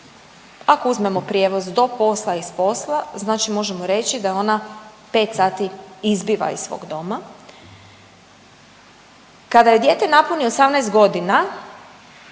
ako uzmemo prijevoz do posla i s posla, znači možemo reći da ona 5 sati izbiva iz svog doma, kada joj dijete napuni 18.g. ono